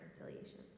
reconciliation